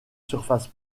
surface